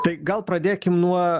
tai gal pradėkim nuo